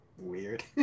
Weird